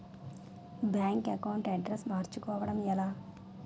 Bank account address మార్చుకోవడం ఎలా?